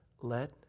let